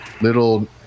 little